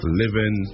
living